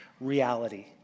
reality